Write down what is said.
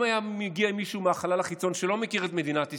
אם היה מגיע מישהו מהחלל החיצון שלא מכיר את מדינת ישראל,